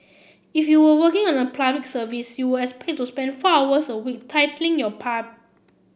if you were working in a service you were expected to spend four hours a week tilling your